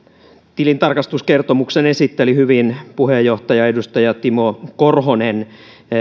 tilintarkastuskertomuksen esitteli hyvin puheenjohtaja edustaja timo korhonen